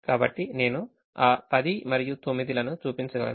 కాబట్టి నేను ఆ 10 మరియు 9 లను చూపించగలను